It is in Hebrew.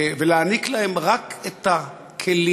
ולהעניק להם רק את הכלים,